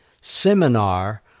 seminar